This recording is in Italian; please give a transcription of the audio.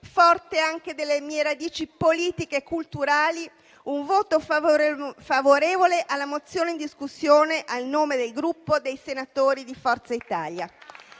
forte anche delle mie radici politiche e culturali, un voto favorevole alla mozione in discussione, a nome del Gruppo Forza